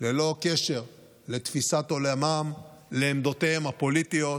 ללא קשר לתפיסת עולמם ולעמדותיהם הפוליטיות,